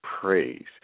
praise